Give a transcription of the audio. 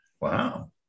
Wow